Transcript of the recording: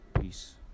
Peace